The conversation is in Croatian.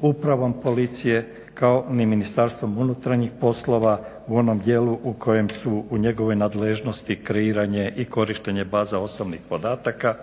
Upravom Policije kao ni Ministarstvom unutarnjih poslova u onom dijelu u kojem su u njegovoj nadležnosti kreiranje i korištenje baza osobnih podataka,